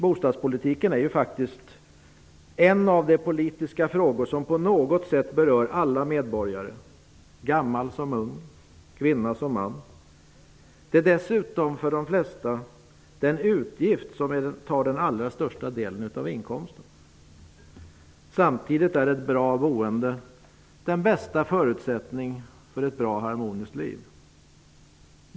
Bostadspolitiken är faktiskt en av de politiska frågor som på något sätt berör alla medborgare -- gammal som ung, kvinna som man. Dessutom är kostnaden för boendet den utgift som för de flesta tar den största delen av inkomsten. Samtidigt är ett bra boende den bästa förutsättningen för ett bra och harmoniskt liv.